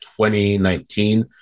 2019